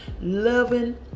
loving